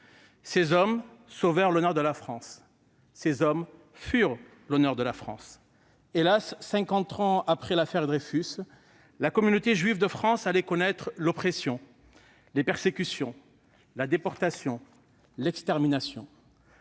Ces hommes sauvèrent l'honneur de la France. Ils furent l'honneur de la France. Hélas, cinquante ans après l'affaire Dreyfus, la communauté juive de France allait connaître l'oppression, les persécutions, la déportation et l'extermination.